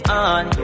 on